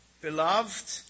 beloved